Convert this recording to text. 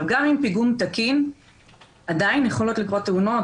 גם אם פיגום תקין עדיין יכולות לקרות תאונות,